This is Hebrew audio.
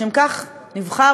לשם כך נבחרנו,